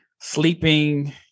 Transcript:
sleeping